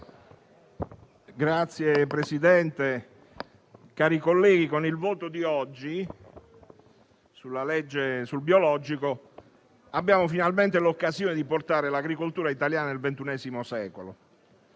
Signor Presidente, cari colleghi, con il voto di oggi sul disegno di legge sul biologico abbiamo finalmente l'occasione di portare l'agricoltura italiana nel XXI secolo.